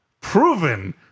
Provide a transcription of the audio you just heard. proven